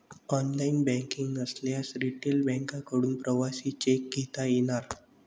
online banking नसल्यास retail बँकांकडून प्रवासी चेक घेता येणार